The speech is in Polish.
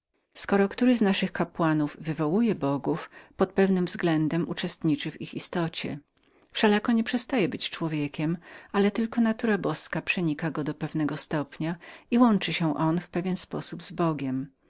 skoro który z naszych kapłanów wywołuje bogów pod pewnym względem uczestniczy do ich istoty wszelako nie przestaje być człowiekiem ale tylko natura boska przenika go do pewnego stopnia i łączy się w pewnym punkcie z bogiem